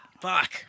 Fuck